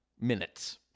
minutes